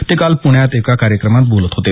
ते काल प्रण्यात एका कार्यक्रमात बोलत होते